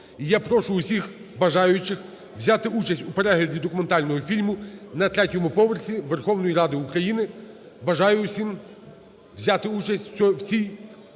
я прошу усіх бажаючих взяти участь у перегляді документального фільму на третьому поверсі Верховної Ради України. Бажаю усім взяти участь в цій мистецькій